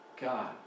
God